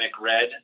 red